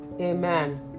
Amen